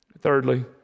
Thirdly